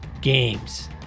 games